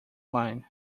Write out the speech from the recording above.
line